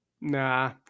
Nah